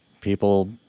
people